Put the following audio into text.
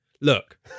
look